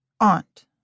aunt